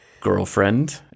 girlfriend